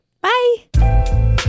Bye